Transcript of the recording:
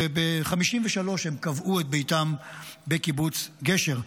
וב-1953 הם קבעו את ביתם בקיבוץ גשר.